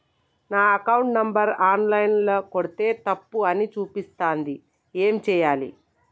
నా account number online ల కొడ్తే తప్పు అని చూపిస్తాంది ఏం చేయాలి?